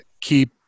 keep